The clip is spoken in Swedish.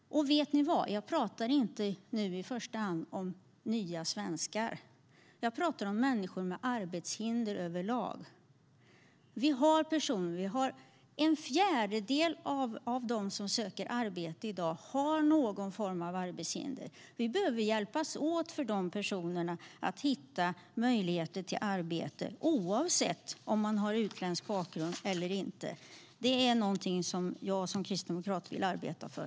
Och vet ni vad? Jag pratar nu inte i första hand om nya svenskar. Jag pratar om människor med arbetshinder överlag. En fjärdedel av dem som söker arbete i dag har någon form av arbetshinder. Vi behöver hjälpas åt för att de personerna ska hitta möjligheter till arbete, oavsett om de har utländsk bakgrund eller inte. Det är någonting som jag som kristdemokrat vill arbeta för.